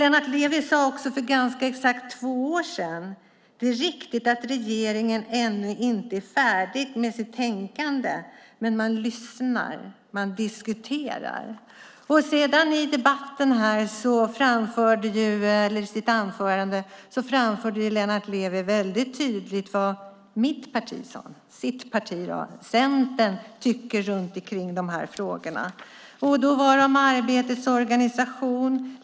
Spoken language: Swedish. Lennart Levi sade också för ganska exakt två år sedan: Det är riktigt att regeringen ännu inte är färdig med sitt tänkande, men man lyssnar. Man diskuterar. I sitt anförande här framförde Lennart Levi väldigt tydligt vad hans parti, Centern, tycker i de här frågorna. Då var det om arbetets organisation.